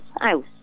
house